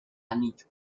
anillo